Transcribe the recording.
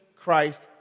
Christ